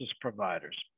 providers